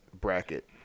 bracket